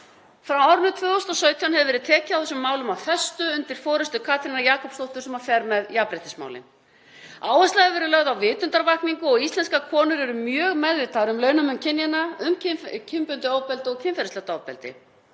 Frá árinu 2017 hefur verið tekið á þessum málum af festu undir forystu Katrínar Jakobsdóttur sem fer með jafnréttismálin. Áhersla hefur verið lögð á vitundarvakningu og íslenskar konur eru mjög meðvitaðar um launamun kynjanna, um kynbundið ofbeldi og kynferðislegt ofbeldi